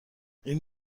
این